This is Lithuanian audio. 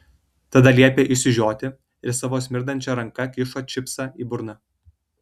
tada liepia išsižioti ir savo smirdančia ranka kiša čipsą į burną